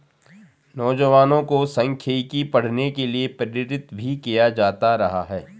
नौजवानों को सांख्यिकी पढ़ने के लिये प्रेरित भी किया जाता रहा है